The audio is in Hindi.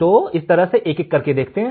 तो हम इसे एक एक करके देखते हैं